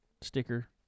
sticker